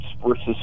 versus